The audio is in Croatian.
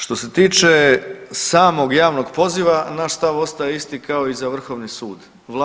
Što se tiče samog javnog poziva naš stav ostaje isti kao i za Vrhovni sud.